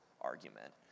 argument